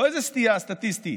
לא איזה סטייה סטטיסטית,